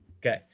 Okay